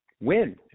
win